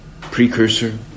precursor